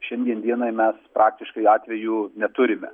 šiandien dienai mes praktiškai atvejų neturime